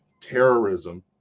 terrorism